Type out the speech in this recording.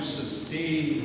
sustain